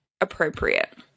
appropriate